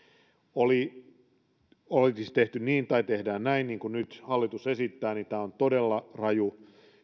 olisi tehty niin tai tehdään näin niin kuin nyt hallitus esittää niin tämä on todella raju